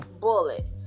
bullet